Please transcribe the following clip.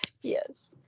Yes